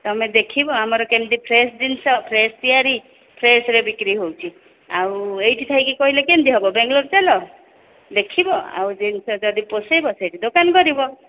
ତମେ ଦେଖିବ ଆମର କେମିତି ଫ୍ରେସ୍ ଜିନିଷ ଫ୍ରେସ୍ ତିଆରି ଫ୍ରେସ୍ରେ ବିକ୍ରି ହେଉଛି ଆଉ ଏଇଠି ଥାଇକି କହିଲେ କେମିତି ହେବ ବେଙ୍ଗାଲୋର୍ ଚାଲ ଦେଖିବ ଆଉ ଜିନିଷ ଯଦି ପୋଷେଇବ ସେଇଠି ଦୋକାନ କରିବ